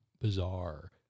bizarre